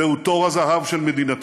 זהו תור הזהב של מדינתנו.